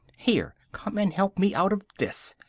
here, come and help me out of this!